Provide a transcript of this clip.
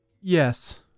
yes